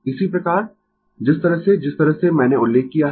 इसी प्रकार जिस तरह से जिस तरह से मैंने उल्लेख किया है